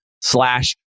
slash